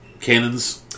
Cannon's